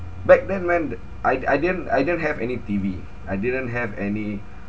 back then when I I didn't I didn't have any T_V I didn't have any